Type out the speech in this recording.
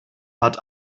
hat